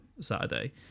Saturday